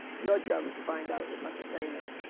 your job is to find out as much as they know.